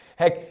Heck